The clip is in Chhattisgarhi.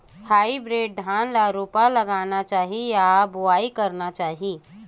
हाइब्रिड धान ल रोपा लगाना चाही या बोआई करना चाही?